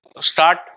start